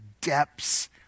depths